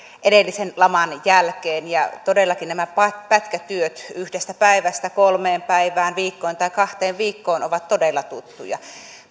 edellisen laman jälkeen ja todellakin nämä pätkätyöt yhdestä päivästä kolmeen päivään viikkoon tai kahteen viikkoon ovat tuttuja